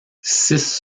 six